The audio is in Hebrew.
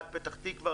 עד פתח-תקווה,